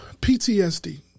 PTSD